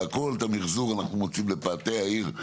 את המיחזור אנחנו מוציאים לפאתי העיר,